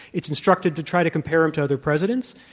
it's instructive to try to compare him to other presidents.